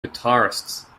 guitarists